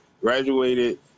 Graduated